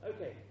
Okay